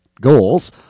goals